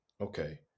okay